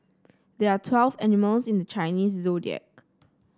there are twelve animals in the Chinese Zodiac